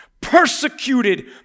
persecuted